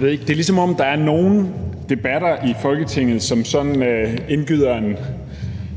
Det er, som om der er nogle debatter i Folketinget, som sådan indgyder